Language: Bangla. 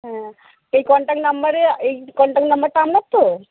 হ্যাঁ এই কনট্যাক্ট নাম্বারে এই কনট্যাক্ট নাম্বারটা আপনার তো